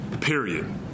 period